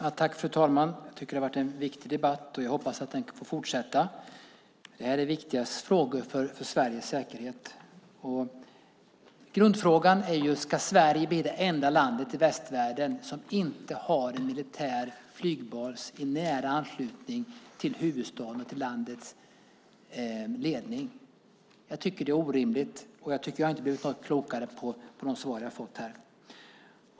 Fru talman! Jag tycker att det har varit en viktig debatt, och jag hoppas att den får fortsätta. Det här är viktiga frågor för Sveriges säkerhet. Grundfrågan är: Ska Sverige bli det enda landet i västvärlden som inte har en militär flygbas i nära anslutning till huvudstaden och landets ledning? Jag tycker att det är orimligt, och jag tycker inte att jag har blivit klokare av de svar jag har fått här.